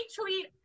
tweet